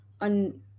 on